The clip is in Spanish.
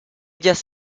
ellas